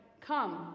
come